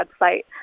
website